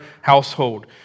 household